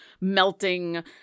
melting